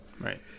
Right